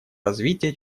развития